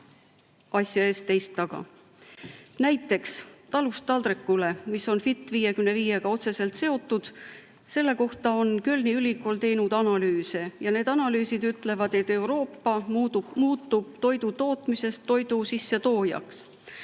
asja ees, teist taga. Näiteks "Talust taldrikule", mis on "Fit 55‑ga" otseselt seotud. Selle kohta on Kölni ülikool teinud analüüse ja need analüüsid ütlevad, et Euroopa muutub toidu tootjast toidu sissetoojaks.